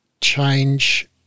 change